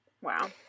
Wow